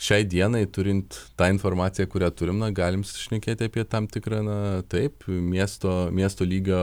šiai dienai turint tą informaciją kurią turim na galim šnekėti apie tam tikrą na taip miesto miesto lygio